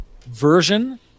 version